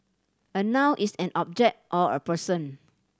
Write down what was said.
a noun is an object or a person